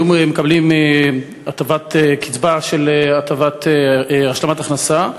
היו מקבלי קצבה של השלמת הכנסה,